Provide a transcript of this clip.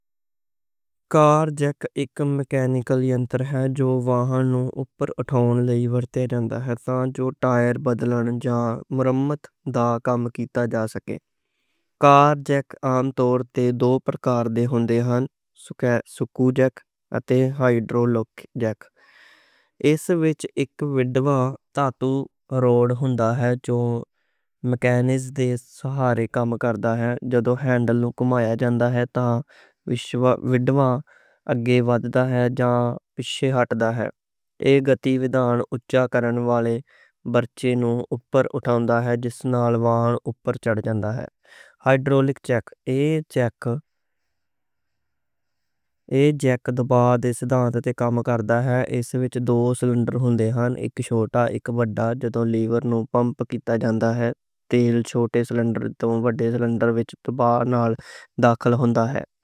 کار جیک اک میکینیکل یَنتر ہے جو واہن اوپر اٹھاؤن لئی ورتے جاندا ہے۔ تاں جو ٹائر بدلن جاں مرمّت دا کم کیتا جا سکے۔ کار جیک عام طور تے دو پرکار دے ہوندے ہن، سکو جیک اتے ہائیڈرولک جیک۔ سکو جیک وچ اک موٹا راڈ ہوندا ہے جو مکینزم دے سہارے کم کردا ہے۔ جدوں ہینڈل نوں گھمایا جاندا ہے تاں پیچ والا راڈ اگے واددا ہے جاں پِچھے ہٹدا ہے۔ ایہ گتی وِدان اوچا کرنے والے برچے نوں اوپر اٹھاؤندا ہے۔ ہائیڈرولک جیک دباؤ دے سدھانْت تے کم کردا ہے۔ اس وچ دو سلنڈر ہوندے ہن، اک چھوٹا تے اک وڈّا۔ جدوں لیور نوں پمپ کیتا جاندا ہے تیل چھوٹے سلنڈر توں وڈے سلنڈر وچ دباؤ نال داخل ہوندا ہے۔